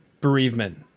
bereavement